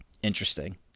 Interesting